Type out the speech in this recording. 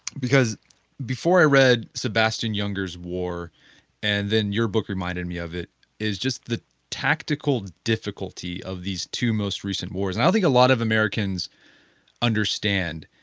because before i read sebastian junger's war and then your book reminded me of it is just the tactical difficulty of these two most recent wars. and i think a lot of americans understand